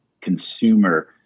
consumer